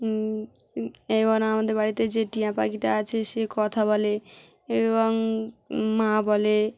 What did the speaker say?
এবং আমাদের বাড়িতে যে টিয়া পাখিটা আছে সে কথা বলে এবং মা বলে